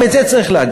וגם את זה צריך להגיד.